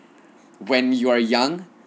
when you are young